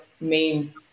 main